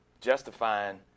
justifying